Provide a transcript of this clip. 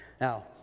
now